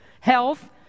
Health